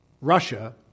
Russia